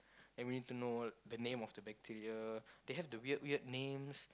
and we need to know the name of the bacteria they have the weird weird names